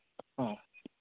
ꯑ